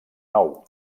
nou